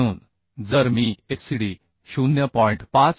म्हणून जर मी fcd 0